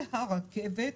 אל הרכבת.